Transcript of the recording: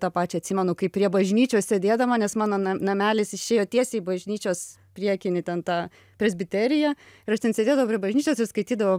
tą pačią atsimenu kaip prie bažnyčios sėdėdama nes mano na namelis išėjo tiesiai į bažnyčios priekinį ten tą presbiteriją ir aš ten sėdėdavau prie bažnyčios ir skaitydavau